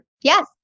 Yes